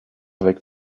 avec